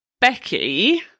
Becky